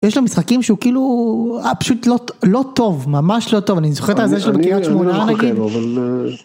יש לו משחקים שהוא כאילו פשוט לא טוב ממש לא טוב אני זוכר את הזה שלו בקריית שמונה נגיד.